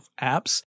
apps